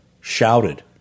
shouted